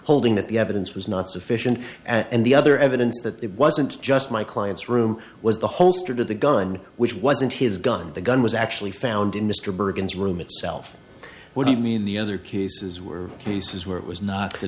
holding that the evidence was not sufficient and the other evidence that it wasn't just my client's room was the holster to the gun which wasn't his gun the gun was actually found in mr bergen's room itself what do you mean the other cases were cases where it was not the